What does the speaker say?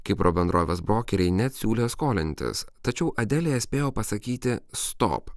kipro bendrovės brokeriai net siūlė skolintis tačiau adelija spėjo pasakyti stop